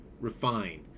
Refine